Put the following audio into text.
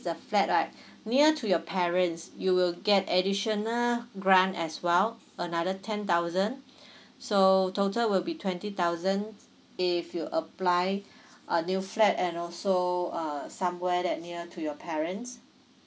the flat right near to your parents you will get additional grant as well another ten thousand so total will be twenty thousand if you apply a new flat and also uh somewhere that near to your parents